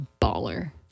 baller